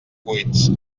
cuits